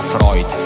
Freud